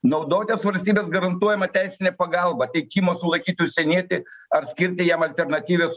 naudotis valstybės garantuojama teisine pagalba teikimo sulaikyti užsienietį ar skirti jam alternatyvias